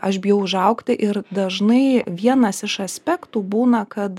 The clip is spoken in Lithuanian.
aš bijau užaugti ir dažnai vienas iš aspektų būna kad